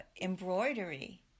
embroidery